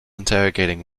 interrogating